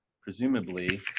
presumably